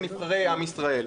כנבחרי עם ישראל.